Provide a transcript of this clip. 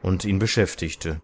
und ihn beschäftigte